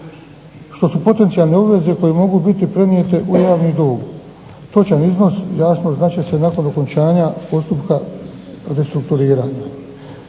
što su potencijalne obveze koje mogu biti prenijete u javni dug. Točan iznos jasno znat će se nakon okončanja postupka restrukturiranja.